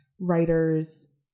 writers